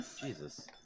Jesus